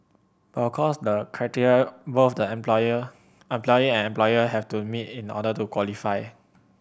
but of course there are criteria both the employer employee and employer have to meet in order to qualify